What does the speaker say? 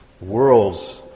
world's